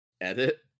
edit